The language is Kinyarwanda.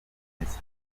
myiza